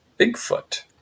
Bigfoot